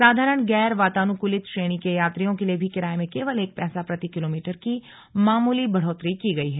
साधारण गैर वातानुकूलित श्रेणी के यात्रियों के लिए भी किराए में केवल एक पैसा प्रति किलोमीटर की मामूली बढ़ोत्तरी की गई है